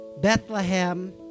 Bethlehem